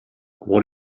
what